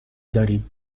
داریم